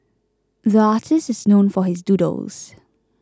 the artist is known for his doodles